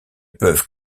peuvent